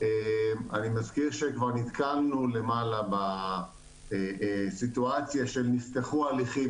אני מזכיר שכבר נתקלנו למעלה בסיטואציה שנפתחו הליכים